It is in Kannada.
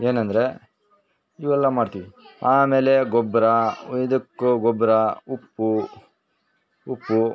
ಏನಂದರೆ ಇವೆಲ್ಲ ಮಾಡ್ತೀವಿ ಆಮೇಲೆ ಗೊಬ್ಬರ ಇದುಕು ಗೊಬ್ಬರ ಉಪ್ಪು ಉಪ್ಪು